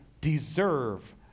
deserve